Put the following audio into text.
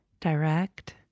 direct